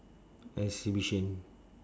exhibition